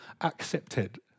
accepted